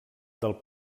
del